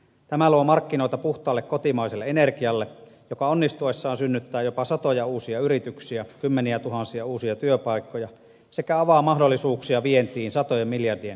tämä luo markkinoita puhtaalle kotimaiselle energialle joka onnistuessaan synnyttää jopa satoja uusia yrityksiä kymmeniätuhansia uusia työpaikkoja sekä avaa mahdollisuuksia vientiin satojen miljardien maailmanmarkkinoille